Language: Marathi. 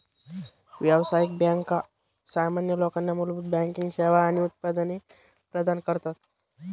व्यावसायिक बँका सामान्य लोकांना मूलभूत बँकिंग सेवा आणि उत्पादने प्रदान करतात